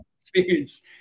experience